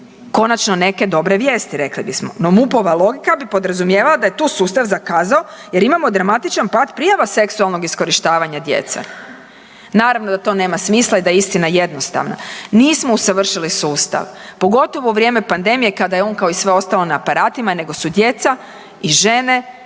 Konačno neke dobre vijesti, rekli bismo, no MUP-ova logika bi podrazumijevala da je tu sustav zakazao jer imamo dramatičan pad prijava seksualnog iskorištavanja djece. Naravno da to nema smisla i da je istina jednostavna. Nismo usavršili sustav, pogotovo u vrijeme pandemije kada je on, kao i sve ostalo, na aparatima, nego su djeca i žene